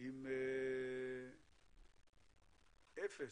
עם כמעט אפס,